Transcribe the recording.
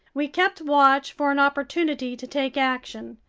we kept watch for an opportunity to take action.